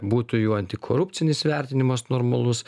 būtų jų antikorupcinis vertinimas normalus